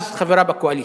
אז חברה בקואליציה.